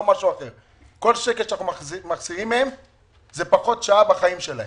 כל שקל שאנחנו מחסירים מהם זה פחות שעה בחיים שלהם.